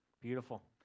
Beautiful